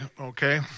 okay